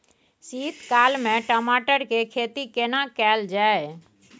शीत काल में टमाटर के खेती केना कैल जाय?